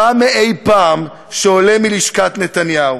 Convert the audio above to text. רע מאי-פעם שעולה מלשכת נתניהו.